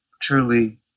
truly